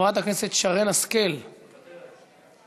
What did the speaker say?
חברת הכנסת שרן השכל, מוותרת,